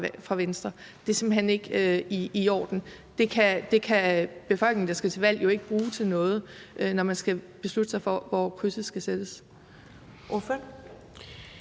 fra Venstre. Det er simpelt hen ikke i orden. Det kan befolkningen, der skal til valg, jo ikke bruge til noget, når de skal beslutte sig for, hvor krydset skal sættes.